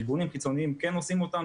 ארגונים חיצוניים כן עושים אותם.